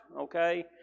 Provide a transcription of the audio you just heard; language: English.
okay